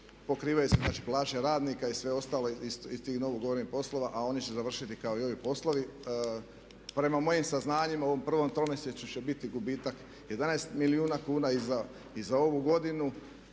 Pokrivaju se znači plaće radnika i sve ostalo iz tih novo ugovorenih poslova a oni će završiti kao i ovi poslovi. Prema mojim saznanjima u prvom tromjesečju će biti gubitak 11 milijuna kuna i za ovu godinu